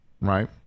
right